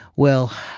well,